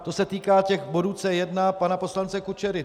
To se týká těch bodů C1 pana poslance Kučery.